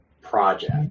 project